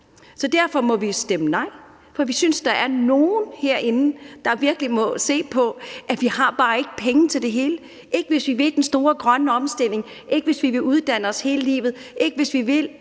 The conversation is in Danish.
Så derfor må vi stemme nej, for vi synes, der er nogen herinde, der virkelig må se på, at vi bare ikke har penge til det hele – ikke hvis vi vil have den store grønne omstilling, ikke hvis vi vil uddanne os hele livet, ikke hvis vi vil